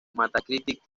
metacritic